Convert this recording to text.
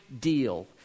deal